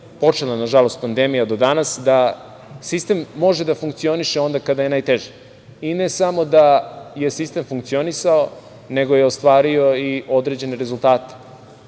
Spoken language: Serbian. počela, nažalost, pandemija do danas, da sistem može da funkcioniše onda kada je najteže, i ne samo da je sistem funkcionisao, nego je ostvario i određene rezultate.